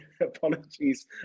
Apologies